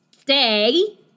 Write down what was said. stay